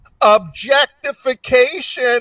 objectification